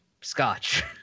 Scotch